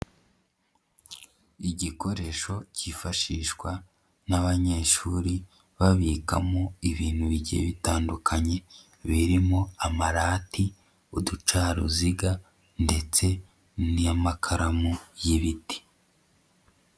Igikoresho kifashishwa n'abanyeshuri babikamo ibintu bigiye bitandukanye, birimo amarati, uducaruziga ndetse n'amakaramu y'ibiti.